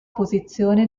posizione